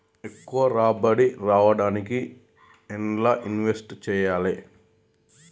ఎక్కువ రాబడి రావడానికి ఎండ్ల ఇన్వెస్ట్ చేయాలే?